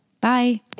Bye